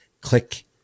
click